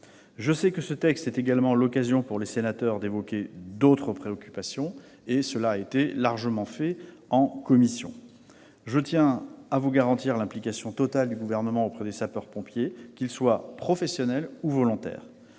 Je sais que ce texte est également l'occasion pour les sénateurs d'évoquer d'autres préoccupations : vous l'avez largement fait en commission. Je tiens à vous garantir l'implication totale du Gouvernement auprès des sapeurs-pompiers, qu'ils soient professionnels ou volontaires.